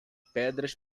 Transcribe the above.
pedras